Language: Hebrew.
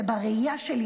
ובראייה שלי,